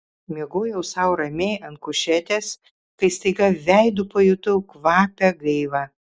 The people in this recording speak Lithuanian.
miegojau sau ramiai ant kušetės kai staiga veidu pajutau kvapią gaivą